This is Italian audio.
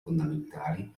fondamentali